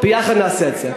ביחד נעשה את זה.